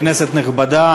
כנסת נכבדה,